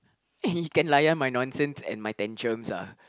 and you can layan my nonsense and my tantrums ah